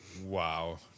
wow